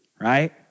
right